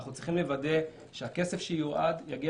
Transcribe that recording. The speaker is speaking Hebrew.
אנחנו צריכים לוודא שהכסף שיועד יגיע